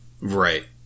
Right